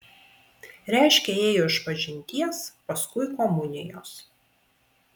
reiškia ėjo išpažinties paskui komunijos